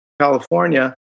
California